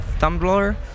Tumblr